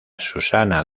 susana